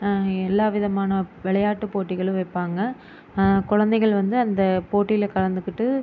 எல்லா விதமான விளையாட்டு போட்டிகளும் வைப்பாங்க குழந்தைகள் வந்து அந்த போட்டியில கலந்துக்கிட்டு